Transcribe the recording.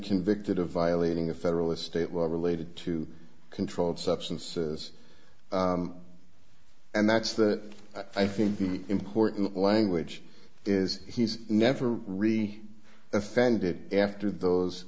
convicted of violating a federal or state law related to controlled substances and that's that i think the important language is he's never really offended after those